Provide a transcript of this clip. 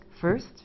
First